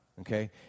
Okay